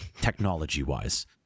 technology-wise